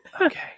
Okay